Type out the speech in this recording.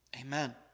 Amen